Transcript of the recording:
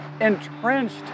entrenched